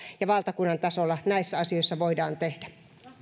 maakunnissa ja valtakunnan tasolla näissä asioissa voidaan tehdä